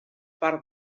parc